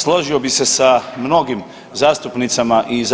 Složio bi se sa mnogim zastupnicama i